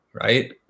right